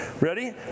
ready